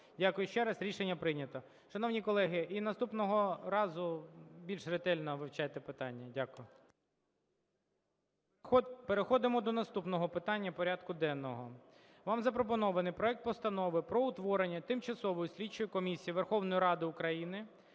Дякую ще раз. Рішення прийнято. Шановні колеги, і наступного разу більш ретельно вивчайте питання. Дякую. Переходимо до наступного питання порядку денного. Вам запропонований проект Постанови про утворення Тимчасової слідчої комісії Верховної Ради України